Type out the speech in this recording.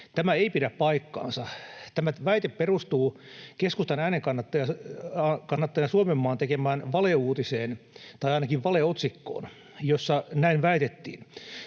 Tämä ei pidä paikkaansa. Tämä väite perustuu keskustan äänenkannattaja Suomenmaan tekemään valeuutiseen tai ainakin valeotsikkoon, jossa näin väitettiin.